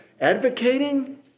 advocating